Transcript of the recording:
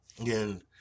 again